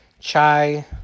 Chai